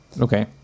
Okay